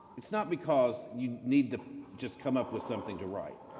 it's not because you need to just come up with something to write.